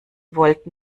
wollten